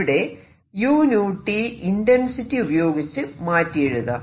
ഇവിടെ uT intensity ഉപയോഗിച്ച് മാറ്റി എഴുതാം